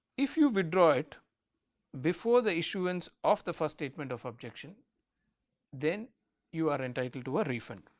if you withdraw it before the issuance of the first statement of objection then you are entitled to a refund.